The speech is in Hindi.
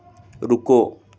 रुको